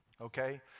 Okay